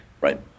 Right